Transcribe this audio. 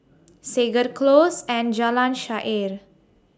Segar Close and Jalan Shaer